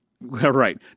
Right